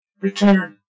Return